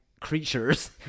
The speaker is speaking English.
creatures